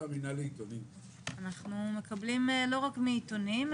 אנחנו שומעים לא רק מעיתונים,